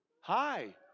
Hi